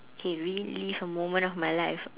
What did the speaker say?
K relive a moment of my life